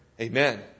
Amen